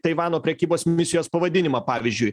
taivano prekybos misijos pavadinimą pavyzdžiui